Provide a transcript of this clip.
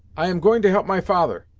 i am going to help my father,